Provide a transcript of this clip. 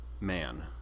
man